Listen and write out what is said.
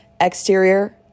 Exterior